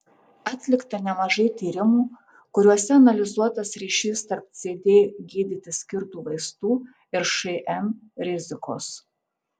atlikta nemažai tyrimų kuriuose analizuotas ryšys tarp cd gydyti skirtų vaistų ir šn rizikos